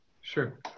Sure